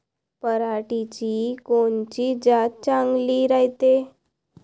पऱ्हाटीची कोनची जात चांगली रायते?